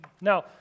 Now